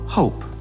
hope